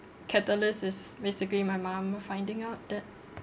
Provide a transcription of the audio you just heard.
catalyst is basically my mum finding out that